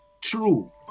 true